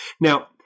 Now